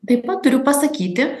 taip pat turiu pasakyti